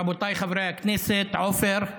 רבותיי חברי הכנסת, עופר,